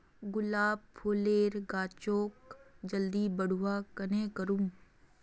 गुलाब फूलेर गाछोक जल्दी बड़का कन्हे करूम?